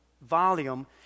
volume